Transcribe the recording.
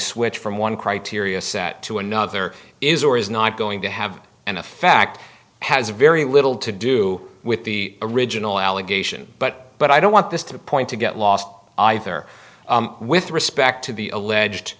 switch from one criteria set to another is or is not going to have and a fact has very little to do with the original allegation but but i don't want this to point to get lost either with respect to the alleged